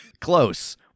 Close